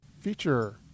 feature